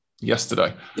yesterday